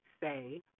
say